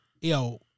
yo